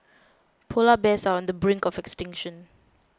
Polar Bears are on the brink of extinction